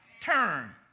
Turn